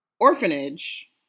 orphanage